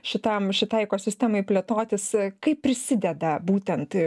šitam šitai ekosistemai plėtotis kaip prisideda būtent